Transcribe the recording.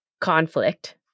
conflict